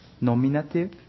nominative